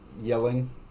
yelling